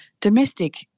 domestic